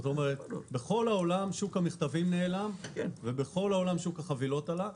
בכל העולם שוק המכתבים נעלם ושוק החבילות עלה.